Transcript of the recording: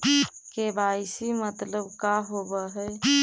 KYC मतलब का होव हइ?